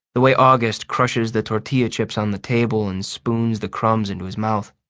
the way august crushes the tortilla chips on the table and spoons the crumbs into his mouth.